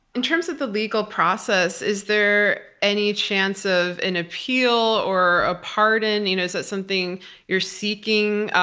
in terms of the legal process, is there any chance of an appeal or a pardon? you know is that something you're seeking?